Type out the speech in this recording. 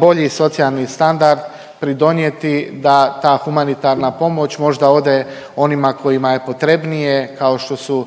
bolji socijalni standard pridonijeti da ta humanitarna pomoć možda ode onima kojima je potrebnije kao što su